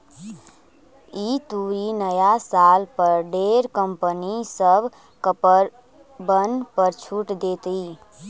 ई तुरी नया साल पर ढेर कंपनी सब कपड़बन पर छूट देतई